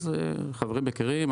החברים מכירים,